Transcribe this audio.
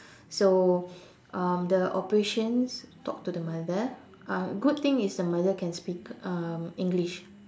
so um the operations talked to the mother um good thing is the mother can speak um English